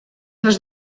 les